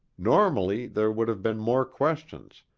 normally there would have been more questions,